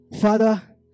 Father